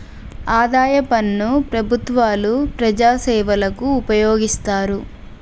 ఆదాయ పన్ను ప్రభుత్వాలు ప్రజాసేవకు ఉపయోగిస్తారు